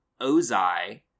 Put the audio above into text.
Ozai